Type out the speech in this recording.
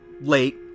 late